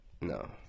No